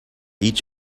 each